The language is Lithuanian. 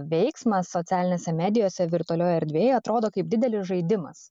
veiksmas socialinėse medijose virtualioje erdvėje atrodo kaip didelis žaidimas